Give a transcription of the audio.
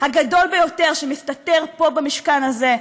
הגדול ביותר שמסתתר פה במשכן הזה.